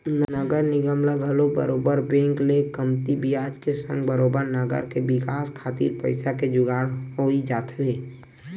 नगर निगम ल घलो बरोबर बेंक ले कमती बियाज के संग बरोबर नगर के बिकास खातिर पइसा के जुगाड़ होई जाथे